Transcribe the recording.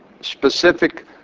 specific